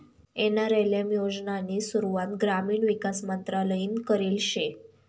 NRLM योजनानी सुरुवात ग्रामीण विकास मंत्रालयनी करेल शे